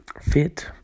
fit